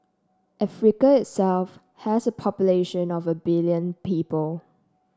Africa itself has a population of a billion people